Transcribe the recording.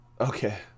okay